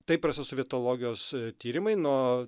taip prasideda sovietologijos tyrimai nuo